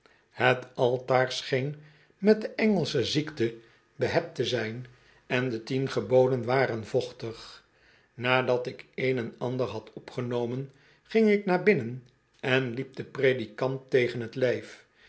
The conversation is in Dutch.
het altaar scheen met de engelsche ziekte behept te zijn en do tien geboden waren vochtig nadat ik een en ander had opgenomen ging ik naar binnen en liep den predikant tegen t lijf